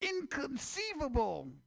Inconceivable